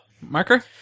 marker